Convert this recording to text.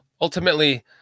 Ultimately